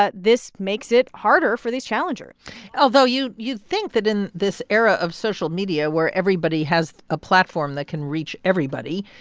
ah this makes it harder for these challengers although you'd you'd think that, in this era of social media where everybody has a platform that can reach everybody,